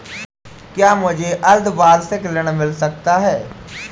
क्या मुझे अर्धवार्षिक ऋण मिल सकता है?